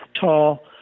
tall